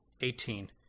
Eighteen